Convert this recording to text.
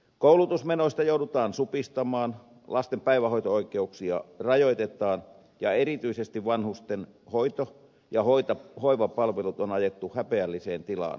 koulutusmenoista joudutaan supistamaan lasten päivähoito oikeuksia rajoitetaan ja erityisesti vanhustenhoito ja hoivapalvelut on ajettu häpeälliseen tilaan suomessa